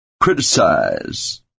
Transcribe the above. criticize